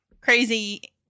crazy